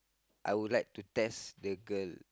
I would like to test the girl